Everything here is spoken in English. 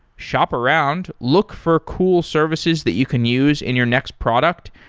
shop around, look for cool services that you can use in your next product,